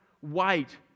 white